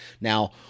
now